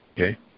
okay